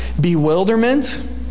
Bewilderment